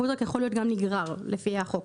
פוד-טראק יכול להיות גם נגרר לפי החוק.